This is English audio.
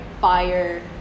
fire